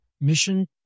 mission